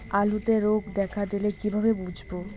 আলুতে রোগ দেখা দিলে কিভাবে বুঝবো?